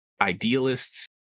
idealists